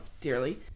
dearly